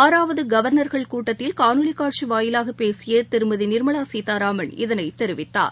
ஆறாவதுகவர்னர்கள் கூட்டத்தில் காணொலிகாட்சிவாயிலாகபேசியதிருமதிநிர்மலாசீதாராமன் இதனைதெரிவித்தார்